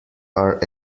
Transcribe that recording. are